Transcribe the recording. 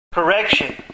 Correction